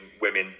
women